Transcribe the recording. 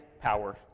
power